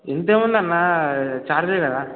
ఇంతఏముంది అన్న చార్జే కదా